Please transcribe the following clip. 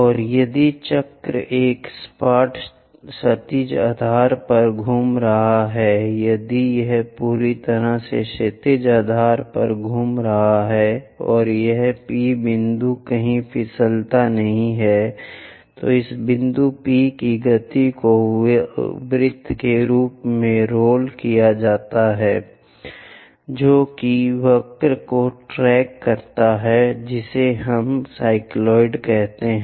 और यदि चक्र एक सपाट क्षैतिज आधार पर घूम रहा है यदि यह पूरी तरह से क्षैतिज आधार पर घूम रहा है और यह P बिंदु कभी फिसलता नहीं है तो इस P बिंदु की गति को वृत्त के रूप में रोल किया जाता है जो भी वक्र को ट्रैक करता है जिसे हम साइक्लॉयड कहते हैं